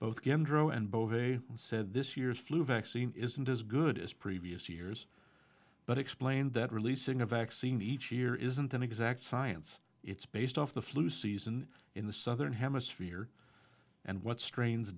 beauvais said this year's flu vaccine isn't as good as previous years but explained that releasing a vaccine each year isn't an exact science it's based off the flu season in the southern hemisphere and what strains